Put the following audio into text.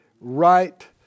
Right